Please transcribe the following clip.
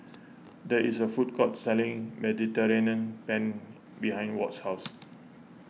there is a food court selling Mediterranean Penne behind Ward's house